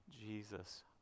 Jesus